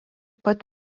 pat